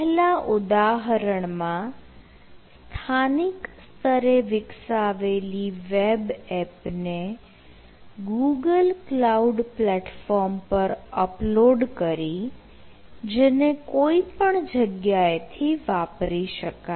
પહેલા ઉદાહરણમાં સ્થાનિક સ્તરે વિકસાવેલી વેબ એપ ને ગૂગલ કલાઉડ પ્લેટફોર્મ પર અપલોડ કરી જેને કોઈપણ જગ્યાએથી વાપરી શકાય